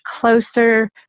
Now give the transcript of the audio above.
closer